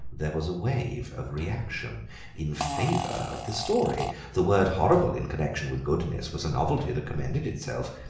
there was a wave of reaction in favour of the story the word horrible in connection with goodness was a novelty that commended itself.